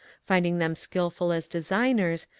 finding them skilful as designers,